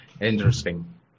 Interesting